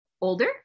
older